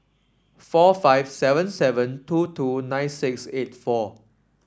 four five seven seven two two nine six eight four